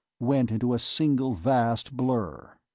went into a single vast blur.